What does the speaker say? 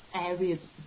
areas